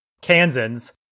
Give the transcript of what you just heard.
Kansans